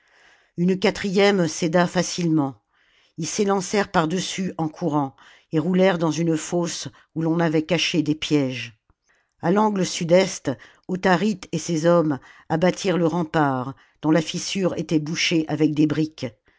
une quatrième céda facilement ils s'élancèrent par-dessus en courant et roulèrent dans une fosse oii l'on avait caché des pièges a l'angle sud-est autharite et ses hommes abattirent le rempart dont la fissure était bouchée avec des briques